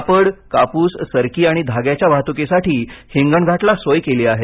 कापड कापूस सरकी आणि धाग्याच्या वाहतुकीसाठी हिंगणघाटला सोय केली आहे